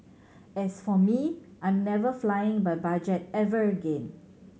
as for me I'm never flying by budget ever again